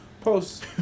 Post